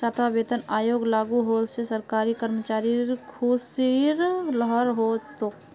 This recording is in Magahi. सातवां वेतन आयोग लागू होल से सरकारी कर्मचारिर ख़ुशीर लहर हो तोक